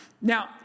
Now